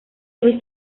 luis